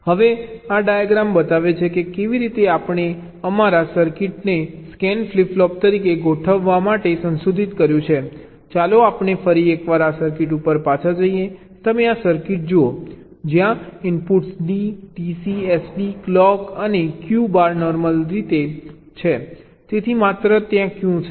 હવે આ ડાયાગ્રામ બતાવે છે કે કેવી રીતે આપણે અમારા સર્કિટને સ્કેન ફ્લિપ ફ્લોપ તરીકે ગોઠવવા માટે સંશોધિત કર્યું છે ચાલો આપણે ફરી એકવાર આ સર્કિટ ઉપર પાછા જઈએ તમે આ સર્કિટ જુઓ જ્યાં inputs D TC SD clock અને Q બાર નોર્મલ રીતે જરૂરી નથી તેથી માત્ર Q છે